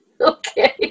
Okay